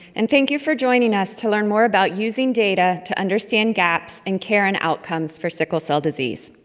and thank you for joining us to learn more about using data to understand gaps in care and outcomes for sickle cell disease.